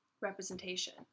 representation